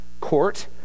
court